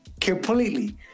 completely